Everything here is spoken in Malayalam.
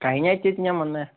കഴിഞ്ഞാഴ്ച്ച ചേച്ചി ഞാൻ വന്നത്